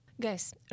Guys